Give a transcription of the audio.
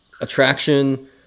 attraction